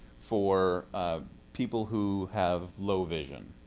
for people who have low vision.